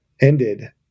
ended